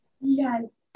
Yes